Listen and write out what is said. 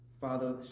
Father